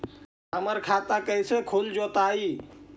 हमर खाता कैसे खुल जोताई?